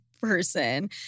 person